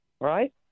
right